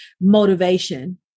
motivation